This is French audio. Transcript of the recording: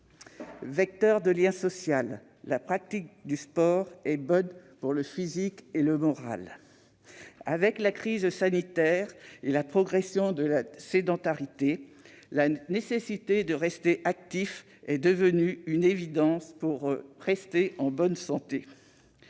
Vecteur de lien social, la pratique du sport est bonne pour le physique et le moral. Avec la crise sanitaire et la progression de la sédentarité, la nécessité de rester actif est devenue une évidence pour demeurer en bonne santé.